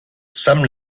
some